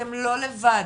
אתם לא לבד,